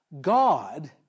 God